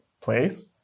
place